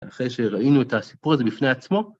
אחרי שראינו את הסיפור הזה בפני עצמו.